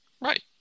Right